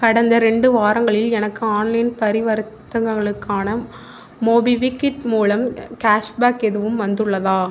கடந்த ரெண்டு வாரங்களில் எனக்கு ஆன்லைன் பரிவர்த்தங்களுக்கான மோபிவிக்கிட் மூலம் கேஷ் பேக் எதுவும் வந்துள்ளதா